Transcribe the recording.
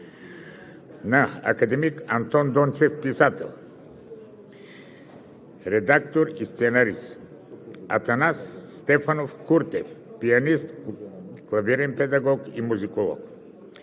– Антон Николов Дончев – писател, редактор и сценарист; – Атанас Стефанов Куртев – пианист, клавирен педагог и музиколог;